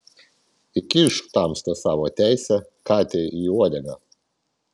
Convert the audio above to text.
įkišk tamsta savo teisę katei į uodegą